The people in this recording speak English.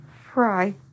fry